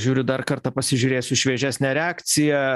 žiūriu dar kartą pasižiūrėsiu šviežesnę reakciją